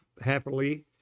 happily